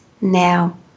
now